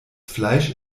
fleisch